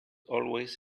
always